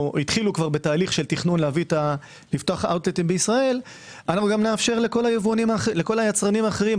התחילו בתכנון לפתוח אאוט לטים בישראל נאפשר לכל היצרנים האחרים,